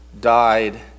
died